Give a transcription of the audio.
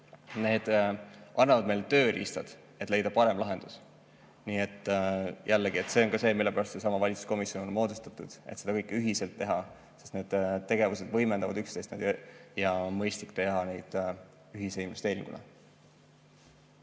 annavad meile tööriistad, et leida parem lahendus. Nii et jällegi, see on ka see, mille pärast seesama valitsuskomisjon on moodustatud, et seda kõike ühiselt teha, sest need tegevused võimendavad üksteist ja on mõistlik teha neid ühise investeeringuna.